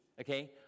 okay